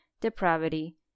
depravity